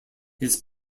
his